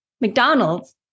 McDonald's